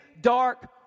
dark